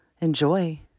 Enjoy